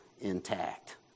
Intact